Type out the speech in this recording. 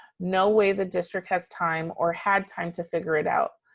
no way the district has time or had time to figure it out.